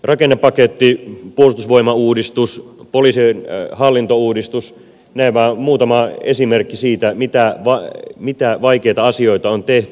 rakennepaketti puolustusvoimauudistus poliisin hallintouudistus näin vain muutama esimerkki siitä mitä vaikeita asioita on tehty